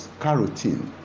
carotene